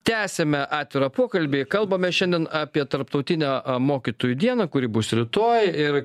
tęsiame atvirą pokalbį kalbame šiandien apie tarptautinę mokytojų dieną kuri bus rytoj ir